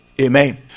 amen